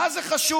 מה זה חשוב?